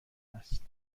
است